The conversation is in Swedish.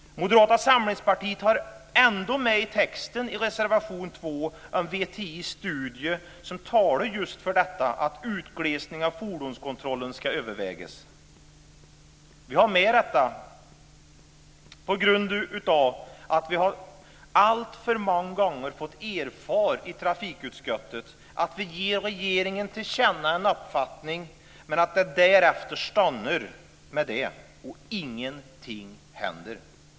Moderata samlingspartiet har ändå med i texten i reservation nr 2 att VTI:s studie talar just för detta att utglesning av fordonskontrollen ska övervägas. Vi har med det på grund av att vi alltför många gånger i trafikutskottet har fått erfara att vi ger regeringen till känna en uppfattning men att det därefter stannar med det och att ingenting händer.